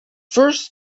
first